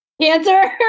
cancer